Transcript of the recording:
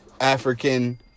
African